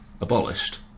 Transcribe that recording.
abolished